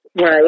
Right